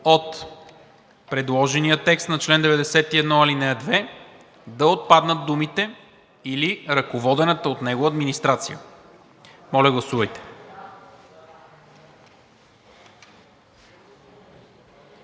от предложения текст на чл. 91, ал. 2 да отпаднат думите „или ръководената от него администрация“. Моля, гласувайте.